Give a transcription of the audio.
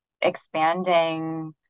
expanding